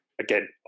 again